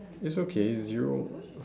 it's okay it's zero